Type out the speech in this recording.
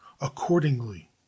accordingly